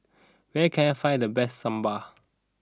where can I find the best Sambar